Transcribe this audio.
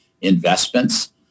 investments